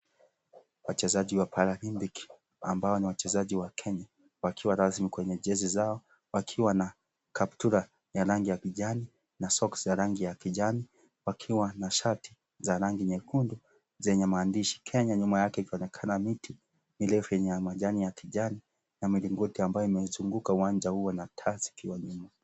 Wachezaji wa Paralympiki, ambao ni wachezaji wa kenya, wakiwa rasmi kwenye jezi zao wakiwa na kaptura ya rangi ya kijani, na soksi ya rangi ya kijani, wakiwa na shati za rangi nyekundu zenye maandishi, Kenya. Nyuma yake ikionekana miti, mirefu yenye majani ya kijani na milingoti ambayo imezunguka uwanja huo, na taa zikiwa nyuma.